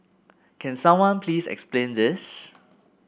can someone please explain this